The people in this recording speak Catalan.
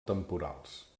temporals